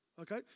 Okay